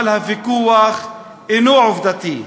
אבל הוויכוח אינו עובדתי,